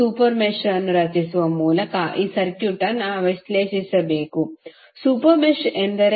super mesh ಅನ್ನು ರಚಿಸುವ ಮೂಲಕ ಈ ಸರ್ಕ್ಯೂಟ್ ಅನ್ನು ವಿಶ್ಲೇಷಿಸಬೇಕು ಸೂಪರ್ ಮೆಶ್ ಎಂದರೆ